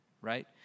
right